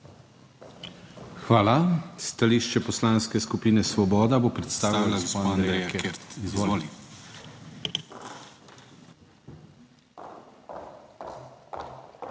Hvala. Stališče Poslanske skupine Svoboda bo predstavila gospa Andreja Kert, izvoli.